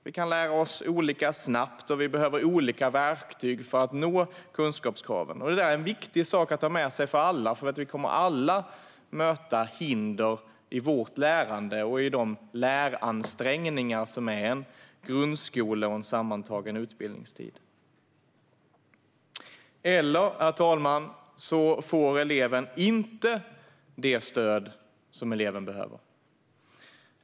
Vi kan lära oss olika snabbt, och vi behöver olika verktyg för att nå kunskapskraven. Detta är en viktig sak att ha med sig, för vi kommer alla att möta hinder i vårt lärande och i de läransträngningar som grundskolan och den sammantagna utbildningstiden innebär. Eller, herr talman, så får eleven inte det stöd som eleven behöver.